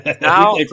Now